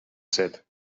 said